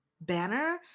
banner